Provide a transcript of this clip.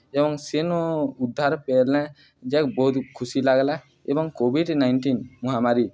ଏବଂ ସେନୁ ଉଦ୍ଧାର ପେଲା ଯାକ୍ ବହୁତ୍ ଖୁସି ଲାଗ୍ଲା ଏବଂ କୋଭିଡ଼୍ ନାଇନଟିନ୍ ମହାମାରୀ